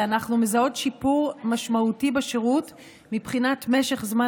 ואנחנו מזהות שיפור משמעותי בשירות מבחינת משך זמן